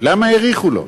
למה האריכו לו?